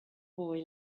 boy